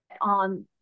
on